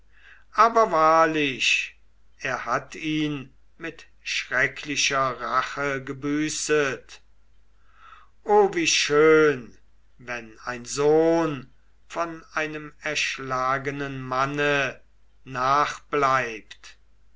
aber wahrlich er hat ihn mit schrecklicher rache gebüßet o wie schön wenn ein sohn von einem erschlagenen manne